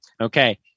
Okay